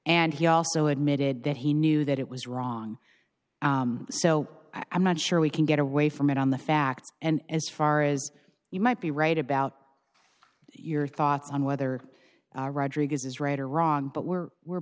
and he also admitted that he knew that it was wrong so i'm not sure we can get away from it on the facts and as far as you might be right about your thoughts on whether it is right or wrong but we're we're